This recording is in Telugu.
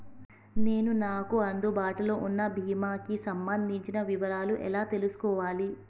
నేను నాకు అందుబాటులో ఉన్న బీమా కి సంబంధించిన వివరాలు ఎలా తెలుసుకోవాలి?